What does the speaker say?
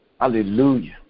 Hallelujah